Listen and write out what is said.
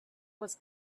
was